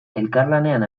elkarlanean